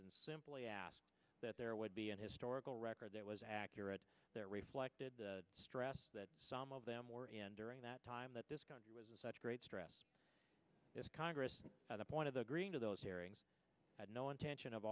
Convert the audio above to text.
and simply asked that there would be an historical record that was accurate that reflected the stress that some of them were in during that time that this country was in such great stress this congress that the point of the green of those hearings had no intention of